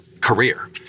career